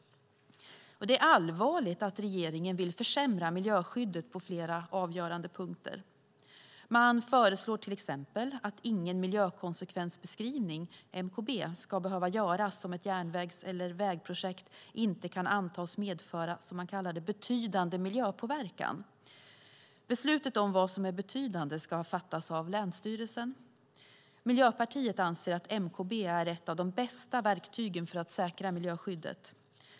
Det är allvarligt att regeringen vill försämra miljöskyddet på flera avgörande punkter. Man föreslår till exempel att ingen miljökonsekvensbeskrivning, mkb, ska behöva göras om ett järnvägs eller vägprojekt inte kan antas medföra betydande miljöpåverkan, som man kallar det. Beslutet om vad som är betydande ska fattas av länsstyrelsen. Miljöpartiet anser att mkb är ett av de bästa verktygen för att säkra miljöskyddet.